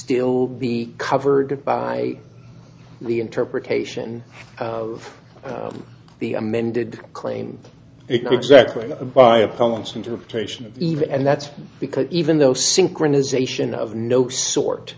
still be covered by the interpretation of the amended claim exactly by opponents interpretation even and that's because even though synchronization of no sort